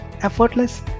effortless